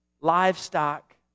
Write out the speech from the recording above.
Livestock